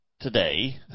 Today